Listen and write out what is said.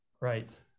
right